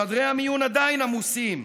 חדרי המיון עדיין עמוסים,